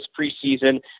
preseason